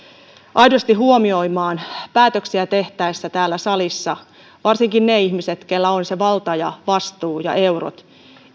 aidosti huomioimaan päätöksiä tehtäessä täällä salissa varsinkin ne ihmiset keillä on se valta ja vastuu ja eurot